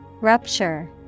Rupture